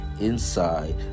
inside